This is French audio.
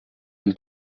une